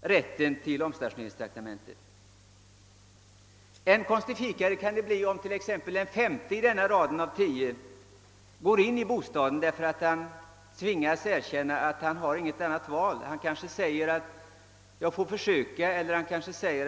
rätten till omstationeringstraktamente. Än konstifikare kan det bli om t.ex. den femte i raden av de tio omstationerade måste acceptera bostaden, därför att han tvingas erkänna att han inte har något annat val. Han kanske säger sig att han trots allt får försöka klara lägenheten.